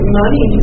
money